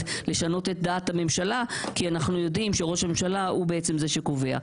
לשנות את דעת הממשלה כי אנחנו יודעים שראש הממשלה הוא בעצם זה שקובע.